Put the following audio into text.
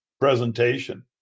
presentation